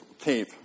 tape